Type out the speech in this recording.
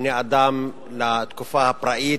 בני-אדם לתקופה הפראית,